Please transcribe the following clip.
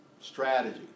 strategy